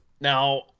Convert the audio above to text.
Now